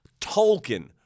Tolkien